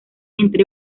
entre